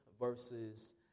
verses